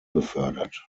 befördert